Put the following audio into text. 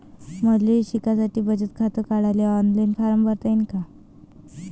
मले शिकासाठी बचत खात काढाले ऑनलाईन फारम भरता येईन का?